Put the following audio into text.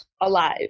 alive